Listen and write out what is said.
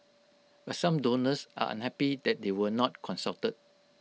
but some donors are unhappy that they were not consulted